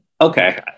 Okay